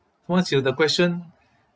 once you the question